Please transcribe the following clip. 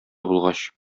булгач